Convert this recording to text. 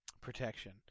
protection